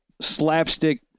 slapstick